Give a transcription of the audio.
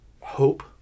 Hope